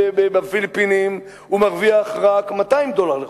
בפיליפינים הפיליפיני מרוויח רק 200 דולר לחודש.